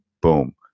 boom